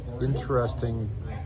interesting